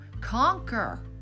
conquer